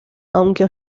aunque